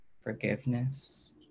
forgiveness